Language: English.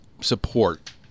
support